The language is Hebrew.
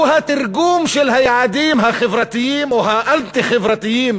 הוא התרגום של היעדים החברתיים או האנטי-חברתיים,